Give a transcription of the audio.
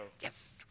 Yes